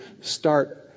start